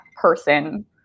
person